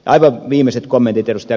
aivan viimeiset kommentit ed